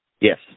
Yes